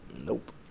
Nope